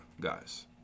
guys